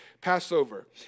Passover